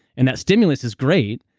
and that stimulus is great,